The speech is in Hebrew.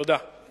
תודה.